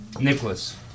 Nicholas